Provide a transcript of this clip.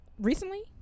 recently